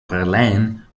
verlaine